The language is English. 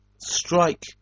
strike